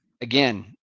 again